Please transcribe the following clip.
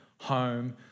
home